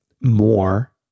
more